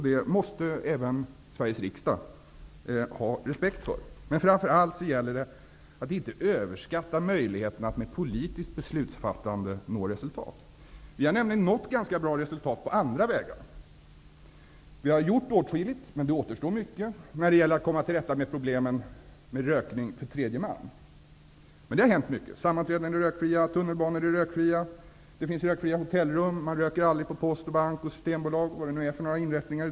Det måste även Sveriges riksdag ha respekt för. Framför allt gäller det att inte överskatta möjligheterna att med politiskt beslutsfattande nå resultat. Vi har faktiskt nått ganska bra resultat på andra vägar. Vi har gjort åtskilligt, men mycket återstår när det gäller att komma till rätta med problemen med rökning för tredje man. Mycket har dock, som sagt, hänt: Sammanträdesrum är rökfria. Tunnelbanor är rökfria. Det finns rökfria hotellrum. Rökning förekommer aldrig i t.ex. postoch banklokaler eller i Systembolagets butiker.